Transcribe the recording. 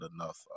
enough